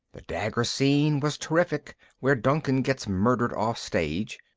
the dagger scene was terrific where duncan gets murdered offstage,